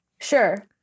sure